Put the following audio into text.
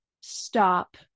Stop